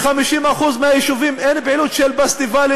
ב-50% מהיישובים אין פעילות של פסטיבלים,